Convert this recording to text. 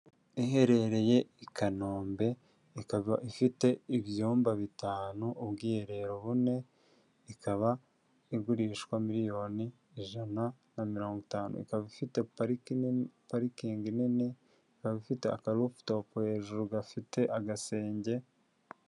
Iherereye i Kanombe, ikaba ifite ibyumba bitanu, ubwiherero bune, ikaba igurishwa miliyoni ijana na mirongo itanu, ikaba ifite parikingi nini, ikaba ifite aka rufutopu hejuru gafite agasenge.